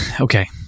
Okay